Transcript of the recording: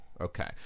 Okay